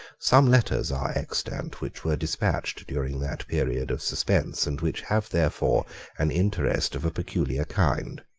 some letters are extant which were despatched during that period of suspense, and which have therefore an interest of a peculiar kind.